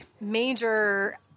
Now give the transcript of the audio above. major